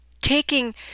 taking